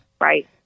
Right